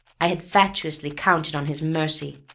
i had fatuously counted on his mercy,